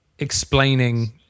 explaining